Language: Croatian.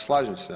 Slažem se.